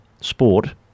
sport